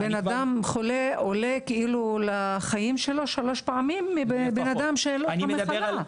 הוא אומר שחולה עולה לחיים שלו פי שלושה מאדם שאין לו את המחלה.